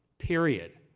period.